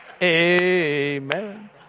Amen